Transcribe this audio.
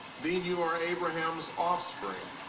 then you are abraham's offspring,